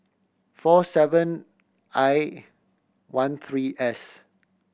four seven I one three S